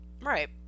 Right